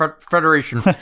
federation